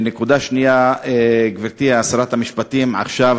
נקודה שנייה, גברתי שרת המשפטים, עכשיו,